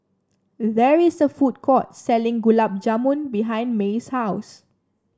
there is a food court selling Gulab Jamun behind Maye's house